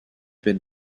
been